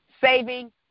Saving